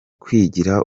kwigira